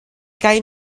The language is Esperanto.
kaj